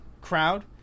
crowd